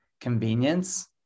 convenience